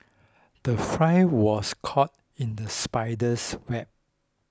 the fry was caught in the spider's web